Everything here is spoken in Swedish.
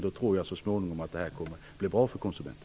Jag tror att det så småningom kommer att bli bra för konsumenterna.